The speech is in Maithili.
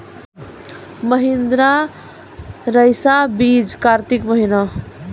महिंद्रा रईसा बीज कार्तिक महीना?